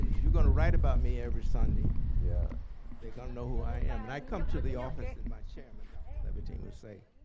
you're going to write about me every sunday, yeah they going to know who i am. and i come to the office, and my chairman dr. levitine would say,